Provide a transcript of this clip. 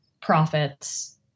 profits